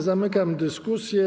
Zamykam dyskusję.